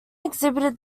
exhibited